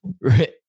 right